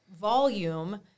volume